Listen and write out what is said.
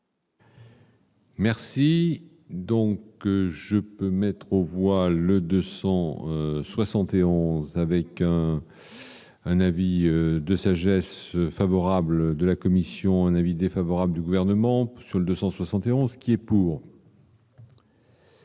Merci donc je peux mettre aux voix le 271 avec. Un avis de sagesse favorable de la commission, un avis défavorable du gouvernement sur le 271 qui est pour.